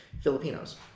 Filipinos